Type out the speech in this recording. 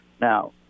Now